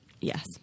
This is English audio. Yes